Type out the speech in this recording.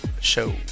show